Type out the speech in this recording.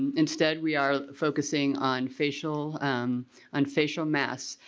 instead we are focusing on facial um on facial masks.